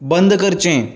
बंद करचें